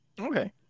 Okay